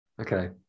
Okay